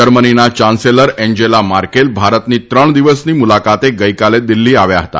જર્મનીના chancellor Angela Merkel ભારતની ત્રણ દિવસની મુલાકાતે ગઈકાલે દિલ્હી આવ્યા હતા